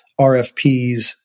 RFPs